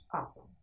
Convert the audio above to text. Awesome